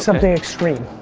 something extreme,